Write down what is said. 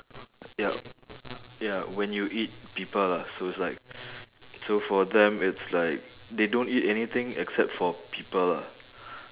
yup ya when you eat people lah so it's like so for them it's like they don't eat anything except for people lah